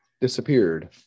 disappeared